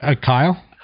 Kyle